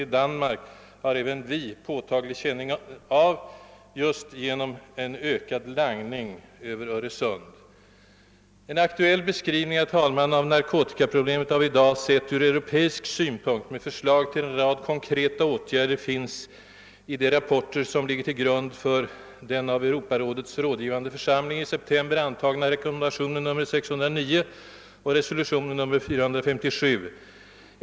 Vi har just nu särskilt påtaglig känning av situationen i Danmark på grund av ökad narkotikalangning över Öresund. En aktuell beskrivning av narkotikaproblemet i dag sett från europeisk synpunkt och med förslag till en rad konkreta åtgärder finns i de rapporter, som ligger till grund för den av Europarådets rådgivande församling i september antagna rekommendationen nr 609 och i resolutionen nr 457.